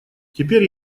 теперь